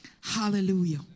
Hallelujah